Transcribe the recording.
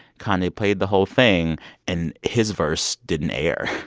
kanye played the whole thing, and his verse didn't air.